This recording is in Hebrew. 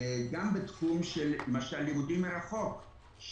גם למשל בתחום של לימודים מרחוק,